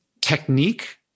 technique